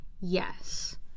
Yes